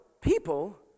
people